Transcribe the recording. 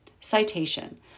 Citation